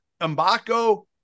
Mbako